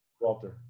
Walter